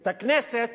את הכנסת